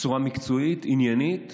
בצורה מקצועית, עניינית,